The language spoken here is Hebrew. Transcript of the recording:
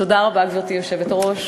תודה רבה, גברתי היושבת-ראש.